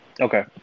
Okay